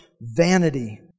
vanity